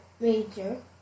major